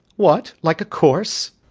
what, like a corse?